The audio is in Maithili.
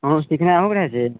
अहूँ सिखने अहुँ रहय छी